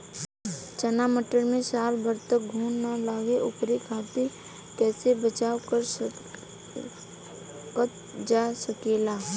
चना मटर मे साल भर तक घून ना लगे ओकरे खातीर कइसे बचाव करल जा सकेला?